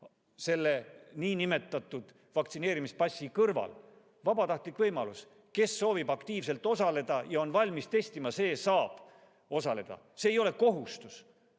selle vaktsineerimispassi kõrval. See on vabatahtlik võimalus. Kes soovib aktiivselt osaleda ja on valmis testima, see saab osaleda. See ei ole kohustus.